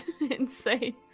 insane